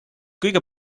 kõige